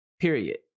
period